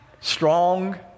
strong